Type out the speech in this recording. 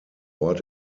ort